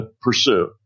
pursue